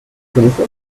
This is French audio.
connaissez